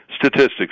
statistics